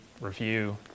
review